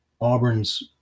Auburn's